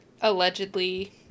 allegedly